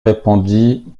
répondit